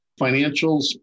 Financials